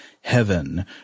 heaven